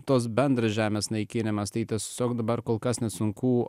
tos bendras žemės naikinimas tai tiesiog dabar kol kas sunku